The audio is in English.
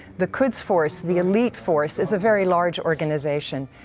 the quds force, the elite force, is a very large organization.